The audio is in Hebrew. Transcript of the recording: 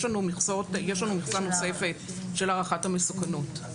אלא יש לנו מכסה נוספת של הערכת המסוכנות.